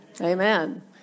Amen